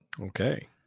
okay